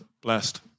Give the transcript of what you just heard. blessed